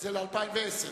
זה ל-2010.